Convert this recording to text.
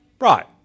Right